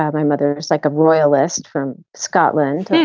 ah my mother is like a royalist from scotland.